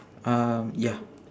um ya